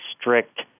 strict